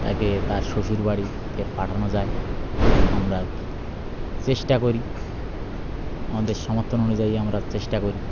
তাকে তার শ্বশুর বাড়িতে পাঠানো যায় আমরা কি চেষ্টা করি আমাদের সমর্থন অনুযায়ী আমরা চেষ্টা করি